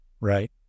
right